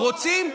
רוצים?